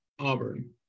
Auburn